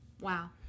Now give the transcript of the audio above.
Wow